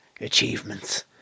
Achievements